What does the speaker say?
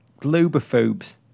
Globophobes